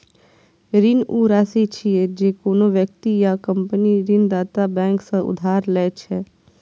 ऋण ऊ राशि छियै, जे कोनो व्यक्ति या कंपनी ऋणदाता बैंक सं उधार लए छै